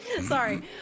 sorry